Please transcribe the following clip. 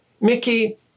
Mickey